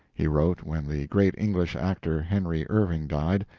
he wrote when the great english actor henry irving died.